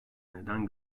neden